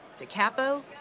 DiCapo